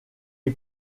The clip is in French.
est